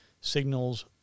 signals